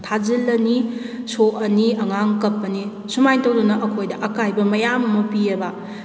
ꯊꯥꯖꯤꯜꯂꯅꯤ ꯁꯣꯛꯑꯅꯤ ꯑꯉꯥꯡ ꯀꯞꯄꯅꯤ ꯁꯨꯃꯥꯏꯅ ꯇꯧꯗꯅ ꯑꯩꯈꯣꯏꯗ ꯑꯀꯥꯏꯕ ꯃꯌꯥꯝ ꯑꯃ ꯄꯤꯌꯦꯕ